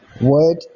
Word